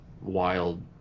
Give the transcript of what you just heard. wild